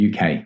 UK